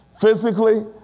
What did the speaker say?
physically